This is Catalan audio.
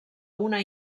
una